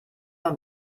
man